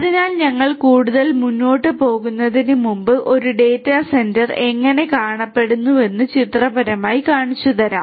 അതിനാൽ ഞങ്ങൾ കൂടുതൽ മുന്നോട്ട് പോകുന്നതിനുമുമ്പ് ഒരു ഡാറ്റാ സെന്റർ എങ്ങനെ കാണപ്പെടുന്നുവെന്ന് ചിത്രപരമായി കാണിച്ചുതരാം